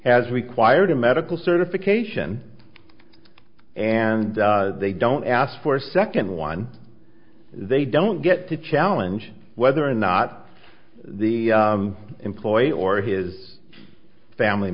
has required a medical certification and they don't ask for a second one they don't get to challenge whether or not the employer or his family